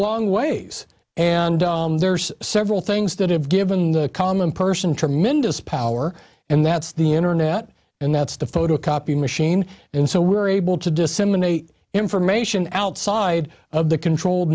long ways and there's several things that have given the common person tremendous power and that's the internet and that's the photocopy machine and so we're able to disseminate information outside of the controlled